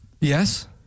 Yes